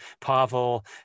pavel